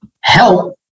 help